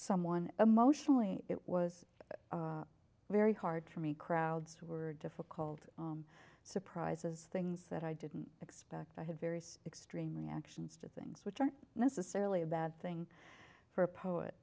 someone emotionally it was very hard for me crowds were difficult surprises things that i didn't expect i had various extreme reactions to things which aren't necessarily a bad thing for a